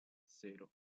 cero